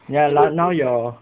ya lah now your